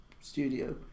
studio